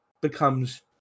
becomes